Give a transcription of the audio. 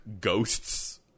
ghosts